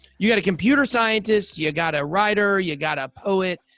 you got a computer scientist. you got a writer. you got a poet.